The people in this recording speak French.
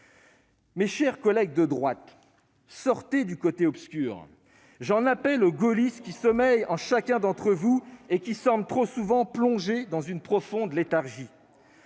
Mes chers collègues de droite, sortez du côté obscur ! J'en appelle au gaulliste qui sommeille en chacun d'entre vous et qui semble trop souvent plongé dans une profonde léthargie.